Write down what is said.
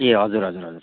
ए हजुर हजुर हजुर